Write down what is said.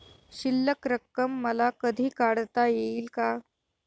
शिल्लक रक्कम मला कधी काढता येईल का?